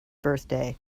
birthday